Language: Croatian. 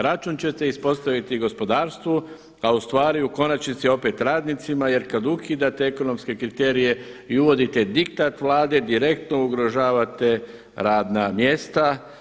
Račun ćete ispostaviti gospodarstvu a ustvari u konačnici opet radnicima jer kada ukidate ekonomske kriterije i uvodite diktat Vlade direktno ugrožavate radna mjesta.